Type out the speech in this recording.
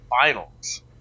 finals